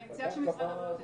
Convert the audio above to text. אני מציעה שמשרד הבריאות יתחיל.